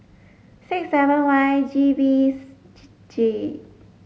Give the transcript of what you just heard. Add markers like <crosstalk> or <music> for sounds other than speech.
six seven Y G V <unintelligible> J